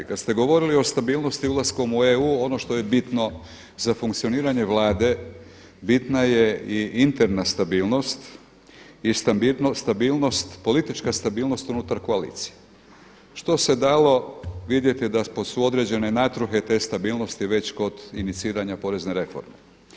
Kada ste govorili o stabilnosti ulaskom u EU ono što je bitno za funkcioniranje Vlade bitna je i interna stabilnost i politička stabilnost unutar koalicije, što se dalo vidjeti da su određene natruhe te stabilnosti već kod iniciranja porezne reforme.